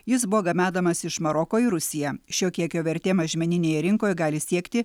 jis buvo gabenamas iš maroko į rusiją šio kiekio vertė mažmeninėje rinkoje gali siekti